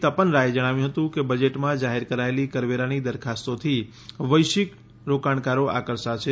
તપન રાયે જણાવ્યું હતું કે બજેટમાં જાહેર કરાયેલી કરવેરાની દરખાસ્તોથી વૈશ્વિક રોકાણકારો આકર્ષાશે